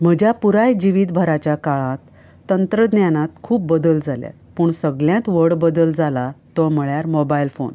म्हज्या पुराय जिवीत भराच्या काळांत तंत्रज्ञानात खूब बदल जाल्यात पूण सगळ्यांत व्हड बदल जाला तो म्हळ्यार मोबायल फोन